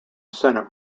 senate